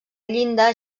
llinda